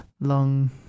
long